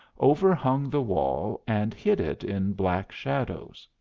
overhung the wall and hid it in black shadows.